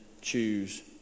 choose